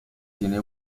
tiene